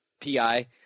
PI